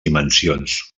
dimensions